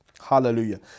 Hallelujah